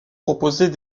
proposait